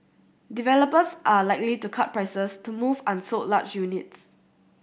developers are likely to cut prices to move unsold large units